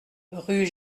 rue